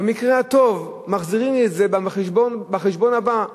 במקרה הטוב, מחזירים לי את זה בחשבון הבא.